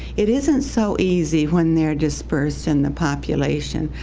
it isn't so easy when they're dispersed in the population,